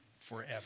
forever